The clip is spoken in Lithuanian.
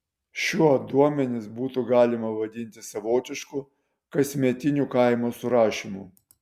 šiuo duomenis būtų galima vadinti savotišku kasmetiniu kaimo surašymu